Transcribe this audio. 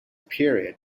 period